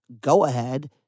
go-ahead